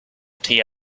tea